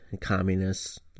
communists